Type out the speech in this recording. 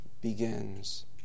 begins